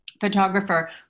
photographer